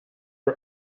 her